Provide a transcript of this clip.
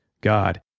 God